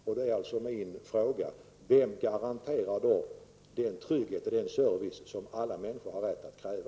Min fråga blir: Vem garanterar då den trygghet och den service som alla människor har rätt att kräva?